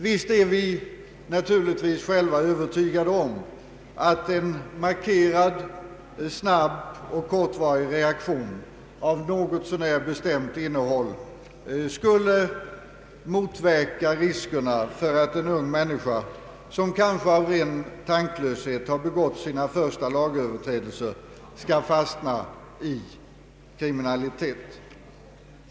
Vi är naturligtvis själva övertygade om att en markerad, snabb och kortvarig reaktion av något så när bestämt innehåll skulle motverka riskerna för att en ung människa som kanske av ren tanklöshet har begått sina första lagöverträdelser skall fastna i kriminaliteten.